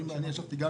נפגשתי עם